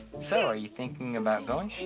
so are you thinking about going?